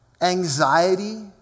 Anxiety